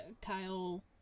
Kyle